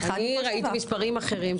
אני ראיתי מספרים אחרים.